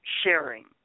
sharing